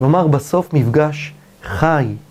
נאמר בסוף מפגש חי.